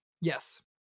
Yes